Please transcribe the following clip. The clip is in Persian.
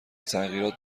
تغییرات